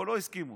פה לא הסכימו.